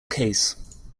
case